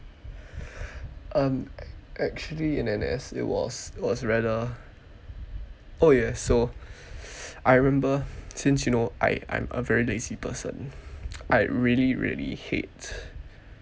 um act~ actually in N_S it was rather oh yes so I remember since you know I I'm a very lazy person I really really hate